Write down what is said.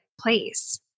place